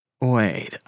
Wait